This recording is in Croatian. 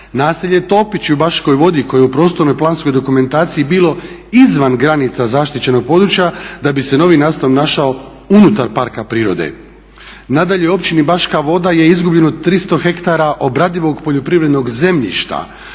Naselje Topići u Baškoj Vodi koje je u prostorno-planskoj dokumentaciji bilo izvan granica zaštićenog područja da bi se novim nacrtom našao unutar parka prirode. Nadalje, u općini Baška Voda je izgubljeno 300 hektara obradivog poljoprivrednog zemljišta